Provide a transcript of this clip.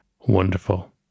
wonderful